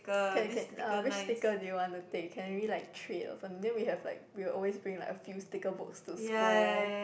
can can uh which sticker do you wanna take can we like trade or some then we have like we will always bring like a few sticker books to school